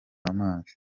amazi